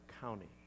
county